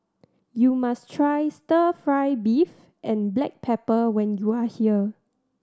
you must try Stir Fry beef and black pepper when you are here